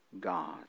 God